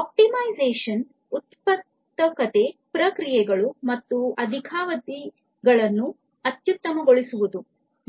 optimisation ಉತ್ಪಾದಕತೆ ಪ್ರಕ್ರಿಯೆಗಳು ಮತ್ತು ಅಧಿಕಾವಧಿಗಳನ್ನು ಅತ್ಯುತ್ತಮವಾಗಿಸುವುದು